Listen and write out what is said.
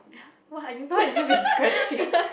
!huh! why are you what have you been scratching